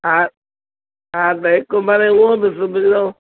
हा हा त हिकु भले उहो बि सिब जो